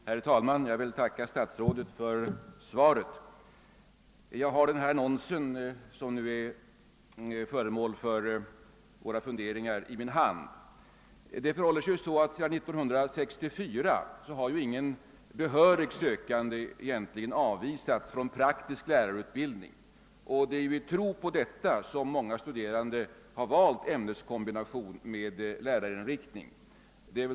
Herr talman! Jag tackar statsrådet för svaret. Jag har i min hand den annons som nu är föremål för våra funderingar. Sedan 1964 har ingen behörig sökande avvisats från praktisk lärarutbildning. I tron på att denna ordning skulle fortsätta har många studerande valt ämneskombination med lärarinriktning.